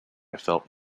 felt